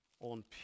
on